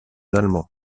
allemands